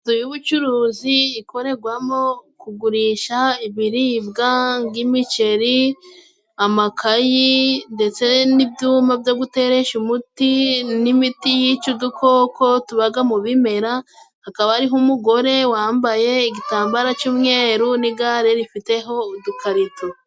Inzu y'ubucuruzi ikorerwamo kugurisha ibiribwa ng'imiceri ,amakayi ndetse n'ibyuma byo guteresha umuti n'imiti yica udukoko tubaga mu bimera hakaba ariho umugore wambaye igitambaro c'umweru n'igare rifiteho udukarito.